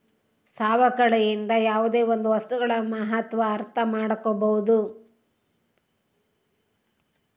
ಸವಕಳಿಯಿಂದ ಯಾವುದೇ ಒಂದು ವಸ್ತುಗಳ ಮಹತ್ವ ಅರ್ಥ ಮಾಡ್ಕೋಬೋದು